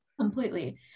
completely